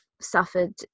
suffered